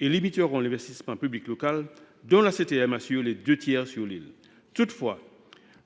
et limiteront l’investissement public local sur l’île, dont la CTM assure les deux tiers. Toutefois,